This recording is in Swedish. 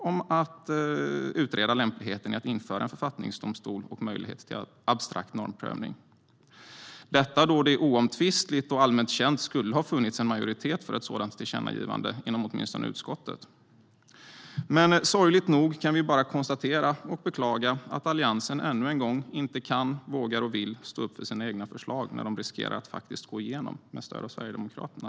Där hade jag gärna sett - eller kanske snarare förväntat mig - att Alliansen skulle sluta upp bakom förslaget, detta då det oomtvistligt och allmänt känt skulle ha funnits en majoritet för ett sådant tillkännagivande inom åtminstone utskottet. Men sorgligt nog kan vi bara konstatera och beklaga att Alliansen ännu en gång inte kan, vågar och vill stå upp för sina egna förslag när dessa förslag faktiskt riskerar att gå igenom med stöd av Sverigedemokraterna.